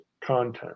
content